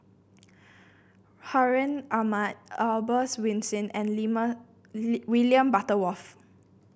Hartinah Ahmad Albert Winsemius and William Butterworth